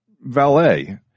valet